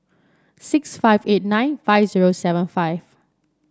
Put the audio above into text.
six five eight nine five zero seven five